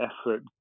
effort